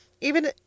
Even